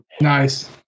nice